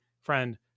friend